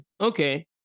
Okay